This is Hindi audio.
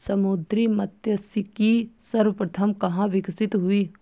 समुद्री मत्स्यिकी सर्वप्रथम कहां विकसित हुई?